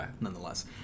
nonetheless